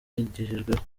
yagejejweho